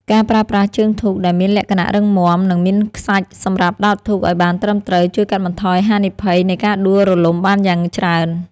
ការប្រើប្រាស់ជើងធូបដែលមានលក្ខណៈរឹងមាំ និងមានខ្សាច់សម្រាប់ដោតធូបឱ្យបានត្រឹមត្រូវជួយកាត់បន្ថយហានិភ័យនៃការដួលរលំបានយ៉ាងច្រើន។